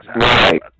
Right